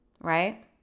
right